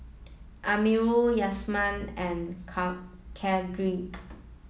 Amirul Yasmin and Khadija